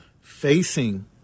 facing